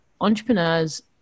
entrepreneurs